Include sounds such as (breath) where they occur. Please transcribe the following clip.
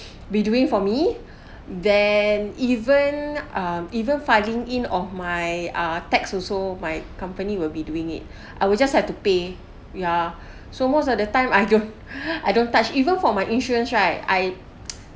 (breath) be doing for me (breath) then even um even filing in of my ah tax also my company will be doing it (breath) I will just have to pay ya (breath) so most of the time I don't (breath) I don't touch even for my insurance right I (noise)